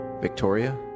Victoria